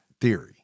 theory